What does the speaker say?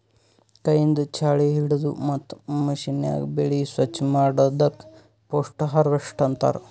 ಕೈಯಿಂದ್ ಛಾಳಿ ಹಿಡದು ಮತ್ತ್ ಮಷೀನ್ಯಾಗ ಬೆಳಿ ಸ್ವಚ್ ಮಾಡದಕ್ ಪೋಸ್ಟ್ ಹಾರ್ವೆಸ್ಟ್ ಅಂತಾರ್